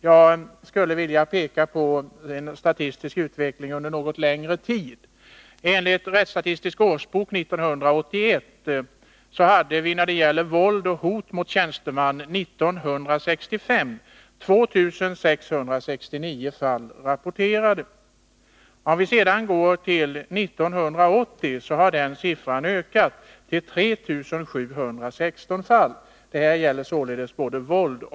Jag skulle vilja peka på den statistiska utvecklingen under något längre tid. Enligt Rättsstatistisk årsbok 1981 var år 1965 antalet fall av våld och hot mot tjänsteman som rapporterats 2 669. Om vi sedan går till 1980 har den siffran ökat till 3 716 fall.